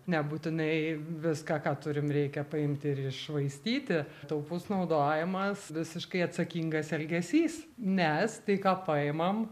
nebūtinai viską ką turim reikia paimti ir iššvaistyti taupus naudojimas visiškai atsakingas elgesys nes tai ką paimam